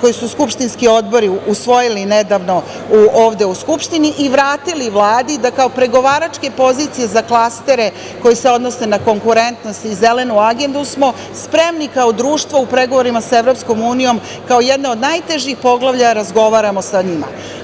koje su skupštinski odbori usvojili nedavno ovde u Skupštini i vratili Vladi da kao pregovaračke pozicije za klastere koji se odnose na konkurentnost i zelenu agendu smo spremni kao društvo u pregovorima sa EU kao jedno od najtežih poglavlja razgovaramo sa njima.